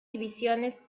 divisiones